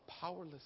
powerless